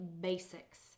basics